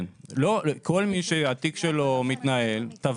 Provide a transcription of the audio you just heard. כל מי שהתיק שלו מתנהל.